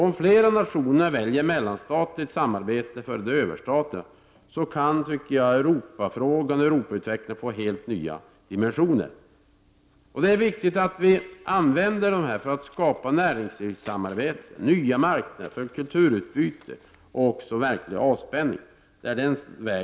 Om flera nationer väljer mellanstatligt samarbete före det överstatliga kan, tycker jag, utvecklingen i Europa få helt nya dimensioner. Det är den vägen som vi i centern vill välja för att skapa näringslivssamarbete, nya marknader, kulturutbyte och också verklig avspänning.